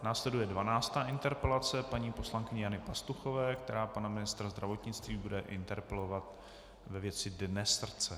Následuje dvanáctá interpelace paní poslankyně Jany Pastuchové, která pana ministra zdravotnictví bude interpelovat ve věci Dne srdce.